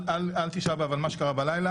הלכו לך על הראש בקמפיין?